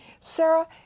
Sarah